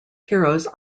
heroes